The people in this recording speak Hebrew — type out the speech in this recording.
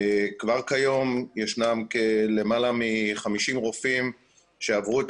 כבר כיום יש למעלה מ-50 רופאים שעברו את